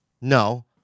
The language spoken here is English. No